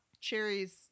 cherries